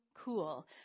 cool